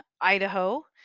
idaho